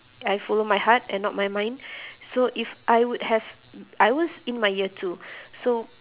I follow my heart and not my mind so if I would have I was in my year two so